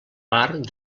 part